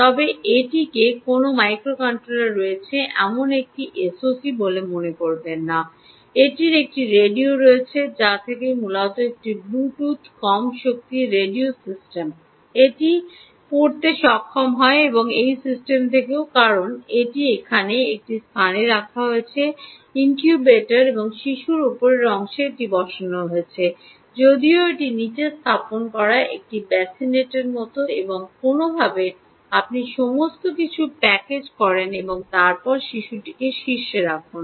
তবে এটিকে কোনও মাইক্রোকন্ট্রোলার রয়েছে এমন একটি এসওসি বলে মনে করবেন না এবং এটির একটি রেডিও রয়েছে যা থেকে মূলত একটি ব্লুটুথ কম শক্তি রেডিও সিস্টেম এটি এটি পড়তে সক্ষম হয় এবং এই সিস্টেম থেকেও কারণ এটি এখন একটি স্থানে রাখা হয়েছে ইনকিউবেটর এবং শিশুর উপরের অংশে এটি বসানো হয়েছে যদিও এটি নীচে স্থাপন করা একটি বেসিনেটের মতো এবং কোনওভাবে আপনি সমস্ত কিছু প্যাকেজ করেন এবং তারপরে আপনি শিশুটিকে শীর্ষে রাখুন